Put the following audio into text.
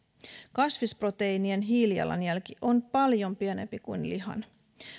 kasvisproteiinien hiilijalanjälki on paljon pienempi kuin lihan